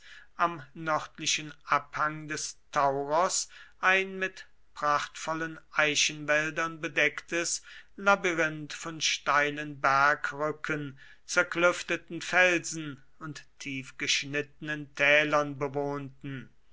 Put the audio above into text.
am nördlichen abhang des tauros ein mit prachtvollen eichenwäldern bedecktes labyrinth von steilen bergrücken zerklüfteten felsen und tiefgeschnittenen tälern bewohnten